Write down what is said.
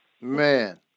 Man